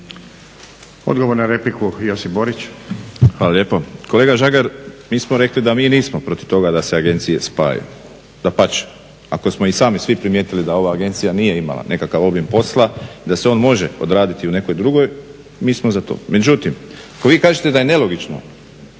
Borić. **Borić, Josip (HDZ)** Hvala lijepo. Kolega Žagar, mi smo rekli da mi nismo protiv toga da se agencije spajaju, dapače. Ako smo i sami svi primijetili da ova agencija nije imala nekakav obim posla i da se on može odraditi u nekoj drugoj mi smo za to. Međutim, ako vi kažete da je nelogično